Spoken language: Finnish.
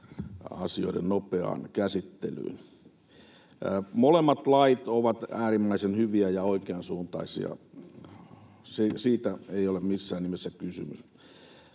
asioiden nopeaan käsittelyyn. Molemmat lait ovat äärimmäisen hyviä ja oikeasuuntaisia, siitä ei ole missään nimessä kysymys.